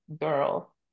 girl